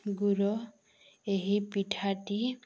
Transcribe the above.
ଗୁୁଡ଼ ଏହି ପିଠାଟି